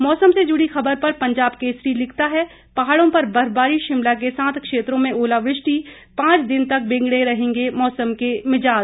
मौसम से जुड़ी खबर पर पंजाब केसरी लिखता है पहाड़ों पर बर्फबारी शिमला के साथ क्षेत्रों में ओलावृष्टि पांच दिन तक बिगड़े रहेंगे मौसम के मिजाज